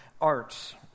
Arts